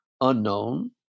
unknown